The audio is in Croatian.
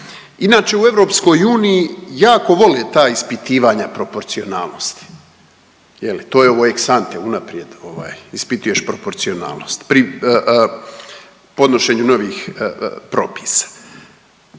Inače, u EU jako vole ta ispitivanja proporcionalnosti, je li, to je u ex-ante, unaprijed ovaj ispituješ proporcionalnost pri podnošenju novih propisa